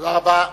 תודה רבה.